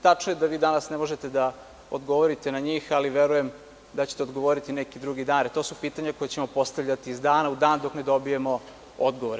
Tačno je da danas ne možete da odgovorite na njih, ali verujem da ćete odgovoriti neki drugi dan, jer to su pitanja koja ćemo vam postavljati iz dana u dan dok ne dobijemo odgovore.